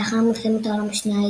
לאחר מלחמת העולם השנייה,